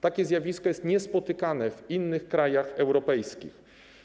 Takie zjawisko jest niespotykane w innych krajach europejskich.